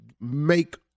make